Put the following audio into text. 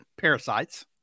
parasites